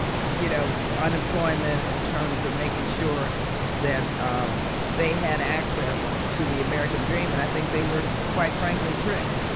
you know unemployment, in terms of making sure that um they had access to the american dream. and i think they were, quite frankly, tricked.